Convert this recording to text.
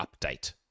update